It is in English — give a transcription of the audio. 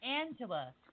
Angela